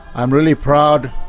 i'm really proud,